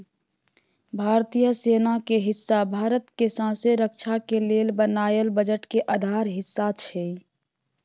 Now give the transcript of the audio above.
भारतीय सेना के हिस्सा भारत के सौँसे रक्षा के लेल बनायल बजट के आधा हिस्सा छै